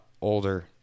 older